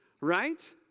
right